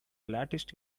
latest